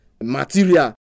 material